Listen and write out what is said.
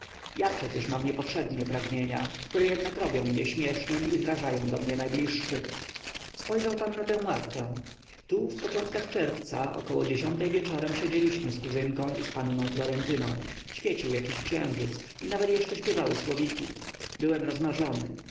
ja przecież mam niepowszednie pragnienia które jednak robią mnie śmiesznym i zrażają do mnie najbliższych spojrzał pan na tę ławkę tu w początkach czerwca około dziesiątej wieczorem siedzieliśmy z kuzynką i z panną florentyną świecił jakiś księżyc i nawet jeszcze śpiewały słowiki byłem